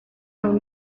own